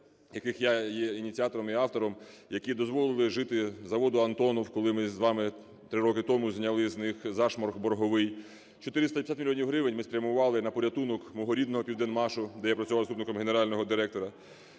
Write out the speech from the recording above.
яких я є ініціатором і автором, які дозволили жити заводу "Антонов", коли ми з вами 3 роки тому зняли з них зашморг борговий. 450 мільйонів гривень ми спрямували на порятунок мого рідного "Південмашу", де я працював заступником генерального директора.